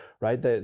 right